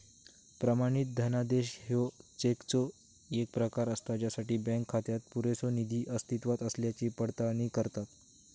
प्रमाणित धनादेश ह्यो चेकचो येक प्रकार असा ज्यासाठी बँक खात्यात पुरेसो निधी अस्तित्वात असल्याची पडताळणी करता